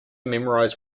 memorize